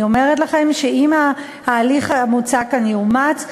אני אומרת לכם שאם ההליך המוצע כאן יאומץ,